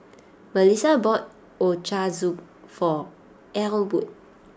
Mellissa bought Ochazuke for Elwood